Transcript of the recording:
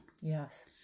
Yes